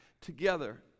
together